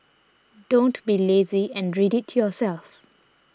don't be lazy and read it yourself